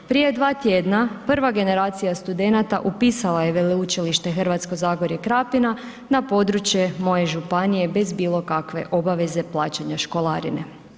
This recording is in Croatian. Prije dva tjedna prva generacija studenata upisala je Veleučilište Hrvatsko zagorje-Krapina na područje moje županije bez bilo kakve obaveza plaćanja školarine.